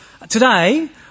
Today